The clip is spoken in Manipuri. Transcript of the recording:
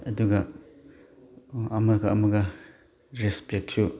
ꯑꯗꯨꯒ ꯑꯃꯒ ꯑꯃꯒ ꯔꯦꯁꯄꯦꯛꯁꯨ